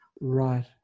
Right